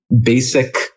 basic